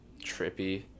trippy